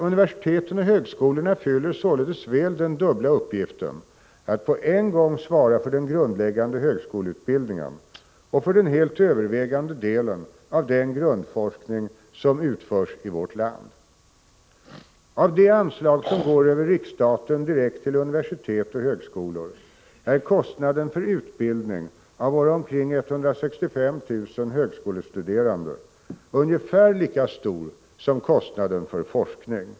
Universitet och högskolor fyller således väl den dubbla uppgiften att på en gång svara för den grundläggande högskoleutbildningen och för den helt övervägande delen av den grundforskning som utförs i vårt land. Av anslagen över riksstaten direkt till universitet och högskolor går ungefär lika mycket till utbildning av våra omkring 165 000 högskolestuderande som till forskning.